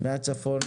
מהצפון.